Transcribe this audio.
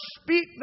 speak